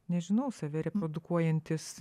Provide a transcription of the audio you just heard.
nežinau save reprodukuojantis